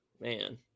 man